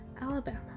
Alabama